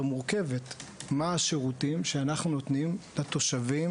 מורכבת מה השירותים שאנחנו נותנים לתושבים,